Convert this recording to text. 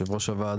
יושב ראש הוועדה.